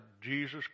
Jesus